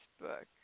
book